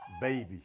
Baby